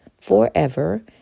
forever